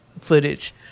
footage